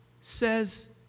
says